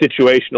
situational